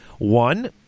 One